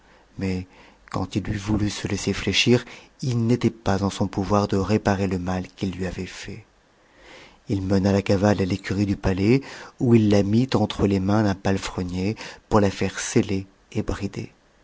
de compassion maisquandil eût voulu se laisser fléchir il n'était pas en son pouvoir de réparer le mai qu'il lui it fait il mena la cavale à l'écurie du palais où il la mit entre les mains d'un palefrenier pour la faire seller et brider